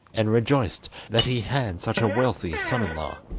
and rejoiced that he had such a wealthy son-in-law.